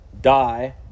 die